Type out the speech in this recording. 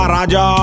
Raja